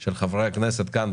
של חברי הכנסת כאן,